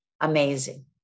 amazing